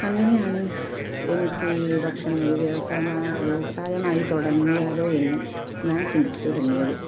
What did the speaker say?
അങ്ങനെയാണ് എനിക്ക് ഭക്ഷണം ഒരു വ്യവസായമാ വ്യവസായമായി തുടങ്ങിയാലോ എന്ന് ഞാൻ ചിന്തിച്ച് തുടങ്ങിയത്